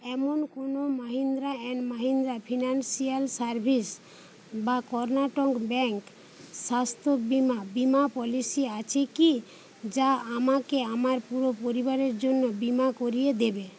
এমন কোনও Mahindra and Mahindra financial services বা কর্ণাটক ব্যাঙ্ক স্বাস্থ্য বিমা বিমা পলিসি আছে কি যা আমাকে আমার পুরো পরিবারের জন্য বিমা করিয়ে দেবে